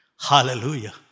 Hallelujah